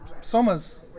Soma's